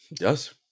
yes